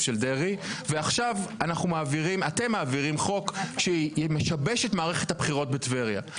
של דרעי ועכשיו אתם מעבירים חוק שמשבש את מערכת הבחירות בטבריה.